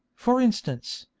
for instance,